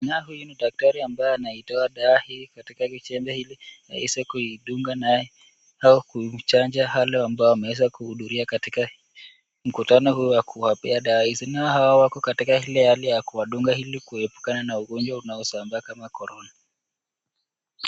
Huyu ni daktari ambaye anaitoa dawa hii, katika kichembe hili aweze kuidunga naye au kuchanja wale ambao wameweza kuhudhuria katika mkutano huu wa kuwapea dawa hizi, nao hawa wako katika hali ya kuwadunga ili kuepukana na ugonjwa unaosambaa kama korona.